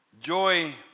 joy